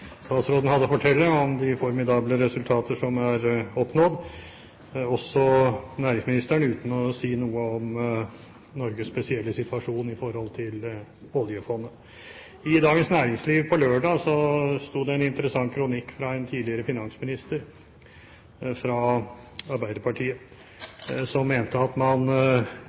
statsråden hadde å fortelle når det gjelder de formidable resultater som er oppnådd, også for næringsministeren, uten at han sa noe om Norges spesielle situasjon med hensyn til oljefondet. I Dagens Næringsliv på lørdag sto det en interessant kronikk av en tidligere finansminister fra Arbeiderpartiet, som mente at man